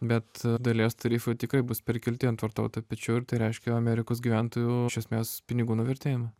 bet dalies tarifų tikrai bus perkelti ant vartotojų pečių ir tai reiškia amerikos gyventojų iš esmės pinigų nuvertėjimą